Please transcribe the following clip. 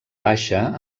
baixa